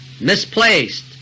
misplaced